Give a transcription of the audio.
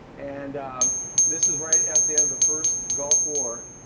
and um this is right at the end of the first gulf war.